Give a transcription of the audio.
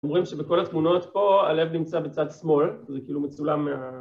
אומרים שבכל התמונות פה, הלב נמצא בצד שמאל, זה כאילו מצולם מה...